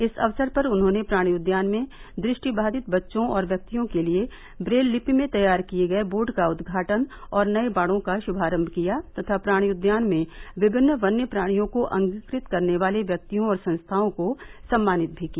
इस अवसर पर उन्होंने प्राणि उदयान में दृष्टिबाधित बच्चों और व्यक्तियों के लिए ब्रेललिपि में तैयार किये गये बोर्ड का उदघाटन और नये बाड़ों का श्मारम्भ किया तथा प्राणि उदयान में विभिन्न वन्य प्राणियों को अंगीकृत करने वाले व्यक्तियों और संस्थाओं को सम्मानित भी किया